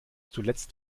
zuletzt